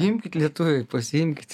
imkit lietuviai pasiimkit